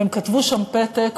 והן כתבו שם פתק,